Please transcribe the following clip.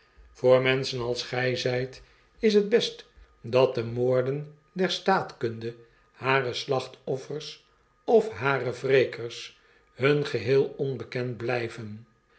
voor tnenschen als gij zijt is het best dat de moorden der staatkunde hare slachtoffers of hare wrekers hun geheel onbekend bljven